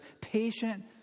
patient